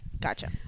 gotcha